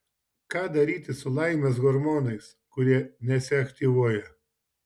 ką daryti su laimės hormonais kurie nesiaktyvuoja